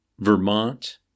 Vermont